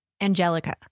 Angelica